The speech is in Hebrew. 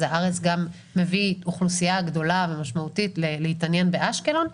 הארץ גם מביא אוכלוסייה גדולה ומשמעותית להתעניין באשקלון.